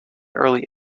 early